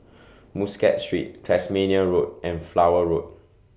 Muscat Street Tasmania Road and Flower Road